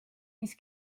mis